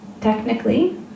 Technically